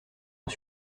ont